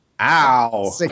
Ow